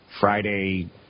Friday